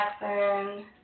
Jackson